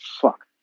fuck